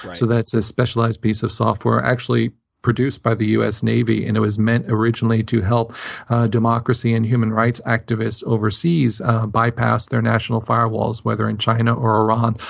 so that's a specialized piece of software, actually produced by the us navy. and it was meant originally to help democracy and human rights activists overseas bypass their national firewalls, whether in china or iran,